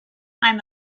i’m